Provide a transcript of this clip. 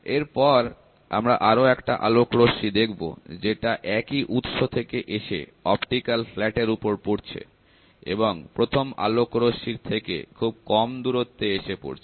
এরপর আমরা আমরা আরো একটা আলোকরশ্মি দেখব যেটা একই উৎস থেকে এসে অপটিক্যাল ফ্ল্যাট এর উপর পড়ছে এবং প্রথম আলোক রশ্মির থেকে খুব কম দূরত্বে এসে পড়ছে